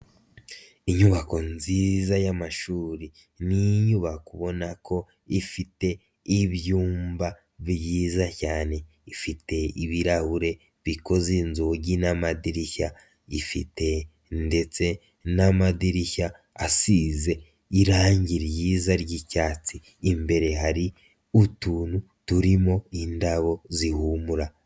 Inyubako nziza y'amashuri ni inyubako ubona ko ifite ibyumba byiza cyane ifite ibirahure bikoze inzugi n'amadirishya ifite ndetse n'amadirishya asize irangi ryiza ry'icyatsi, imbere hari utuntu turimo indabo zihumura.